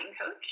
coach